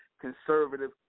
conservative